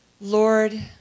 Lord